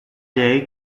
day